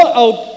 out